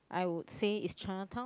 I would say is Chinatown